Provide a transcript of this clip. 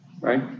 right